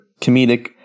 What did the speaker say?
comedic